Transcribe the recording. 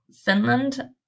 Finland